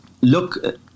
look